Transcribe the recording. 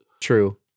True